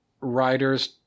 writers